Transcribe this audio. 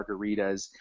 margaritas